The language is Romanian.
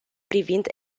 privind